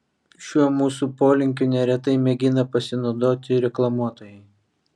šiuo mūsų polinkiu neretai mėgina pasinaudoti reklamuotojai